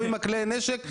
גם עם הכלי נשק,